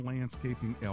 Landscaping